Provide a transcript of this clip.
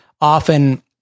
often